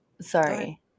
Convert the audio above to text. Sorry